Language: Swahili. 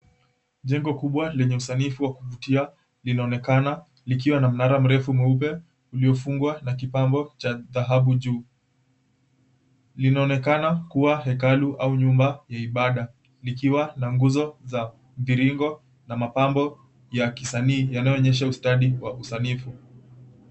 Jengo kubwa lenye usanifu wa kuvutia linaonekana likiwa na mnara mrefu mweupe uliofungwa na kibango cha dhahabu juu. Linaonekana kua hekalu au nyumba ya ibada likiwa na nguzo za mviringo na mapambo ya kisanii yanayoonyesha ustadi wa usanifu.